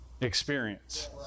experience